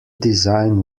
design